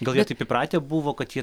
gal jie taip įpratę buvo kad jie